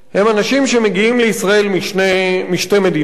הם אנשים שמגיעים לישראל משתי מדינות,